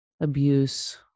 abuse